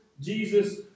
Jesus